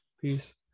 Peace